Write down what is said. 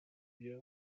wir